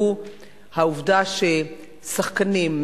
והם העובדה ששחקנים,